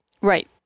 Right